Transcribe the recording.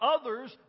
others